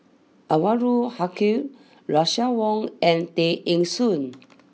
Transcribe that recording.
Anwarul Haque Russel Wong and Tay Eng Soon